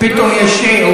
פתאום הוא שיעי.